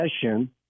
session